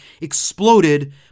exploded